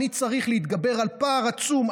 אני צריך להתגבר על פער עצום,